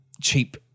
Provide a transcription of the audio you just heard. cheap